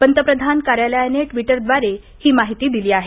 पंतप्रधान कार्यालयाने ट्वीटवरद्वारे ही माहिती दिली आहे